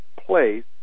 place